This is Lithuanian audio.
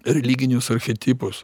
religinius archetipus